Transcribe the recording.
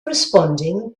responding